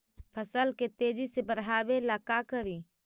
फसल के तेजी से बढ़ाबे ला का करि?